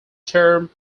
term